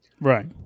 right